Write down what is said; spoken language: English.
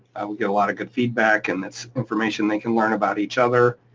we get a lot of good feedback and it's information they can learn about each other,